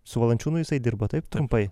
su valančiūnu jisai dirbo taip trumpai